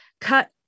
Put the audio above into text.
cut